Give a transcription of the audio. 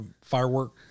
firework